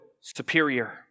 superior